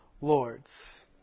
Lords